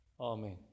Amen